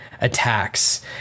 attacks